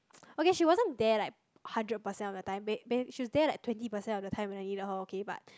okay she wasn't there like hundred percent of the time bu~ maybe she's there like twenty percent of the time when I needed her okay but